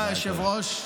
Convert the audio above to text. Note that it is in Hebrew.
תודה, היושב-ראש.